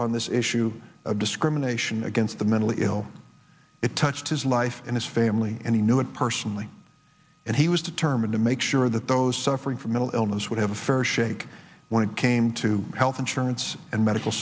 on this issue of discrimination against the mentally ill it touched his life and his family and he knew it personally and he was determined to make sure that those suffering from mental illness would have a fair shake when it came to health insurance and medical